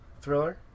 Thriller